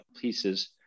pieces